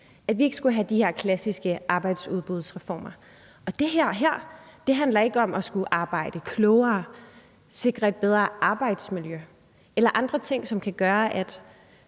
at vi ikke skulle have de her klassiske arbejdsudbudsreformer. Og det her handler ikke om at skulle arbejde klogere, sikre et bedre arbejdsmiljø eller andre ting, som kan gøre, at